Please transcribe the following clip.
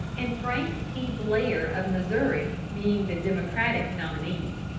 and frank p. blair, of missouri, being the democratic nominees.